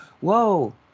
whoa